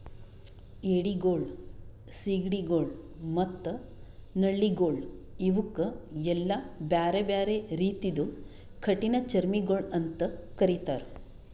ಏಡಿಗೊಳ್, ಸೀಗಡಿಗೊಳ್ ಮತ್ತ ನಳ್ಳಿಗೊಳ್ ಇವುಕ್ ಎಲ್ಲಾ ಬ್ಯಾರೆ ಬ್ಯಾರೆ ರೀತಿದು ಕಠಿಣ ಚರ್ಮಿಗೊಳ್ ಅಂತ್ ಕರಿತ್ತಾರ್